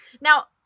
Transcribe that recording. Now